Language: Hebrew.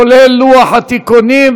כולל לוח התיקונים,